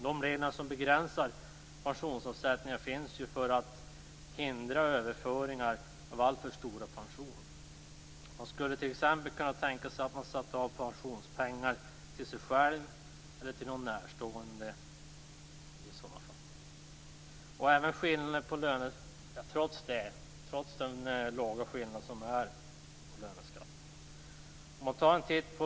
De regler som begränsar pensionsavsättningarna finns för att hindra överföringar av alltför stora pensioner. Man skulle t.ex. kunna tänka sig att en person satte av pensionspengar till sig själv eller till någon närstående, trots den lilla skillnaden i löneskatt.